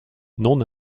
non